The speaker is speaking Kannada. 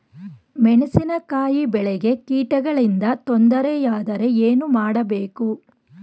ಮೆಣಸಿನಕಾಯಿ ಬೆಳೆಗೆ ಕೀಟಗಳಿಂದ ತೊಂದರೆ ಯಾದರೆ ಏನು ಮಾಡಬೇಕು?